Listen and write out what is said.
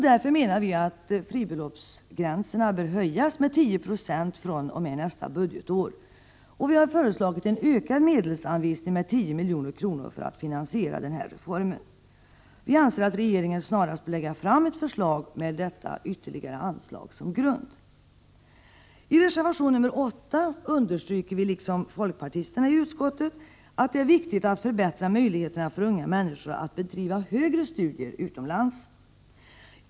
Därför menar vi att fribeloppsgränserna bör höjas med 10 96 fr.o.m. nästa budgetår. Vi har föreslagit att medelsanvisningen skall ökas med 10 milj.kr. för att den här reformen skall kunna finansieras. Dessutom anser vi att regeringen snarast bör lägga fram ett förslag med detta ytterligare anslag som grund. I reservation 8 understryker vi moderater och folkpartisterna i utskottet att det är viktigt att förbättra möjligheterna för unga människor att bedriva högre studier utomlands.